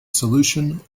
solution